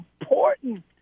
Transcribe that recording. important